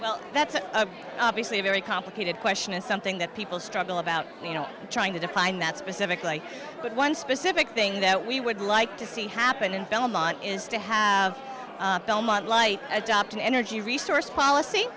well that's obviously a very complicated question and something that people struggle about you know trying to define that specifically but one specific thing that we would like to see happen in belmont is to have belmont like adopt an energy resource policy